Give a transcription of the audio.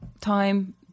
time